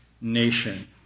nation